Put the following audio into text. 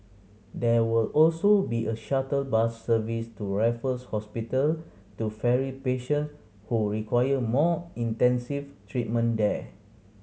there will also be a shuttle bus service to Raffles Hospital to ferry patients who require more intensive treatment there